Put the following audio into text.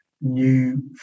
new